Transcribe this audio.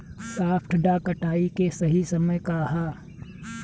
सॉफ्ट डॉ कटाई के सही समय का ह?